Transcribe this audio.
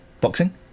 Boxing